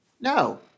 No